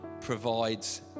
provides